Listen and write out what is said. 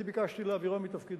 אני ביקשתי להעבירו מתפקידו.